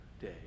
day